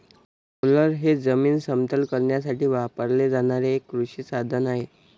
roller हे जमीन समतल करण्यासाठी वापरले जाणारे एक कृषी साधन आहे